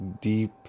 deep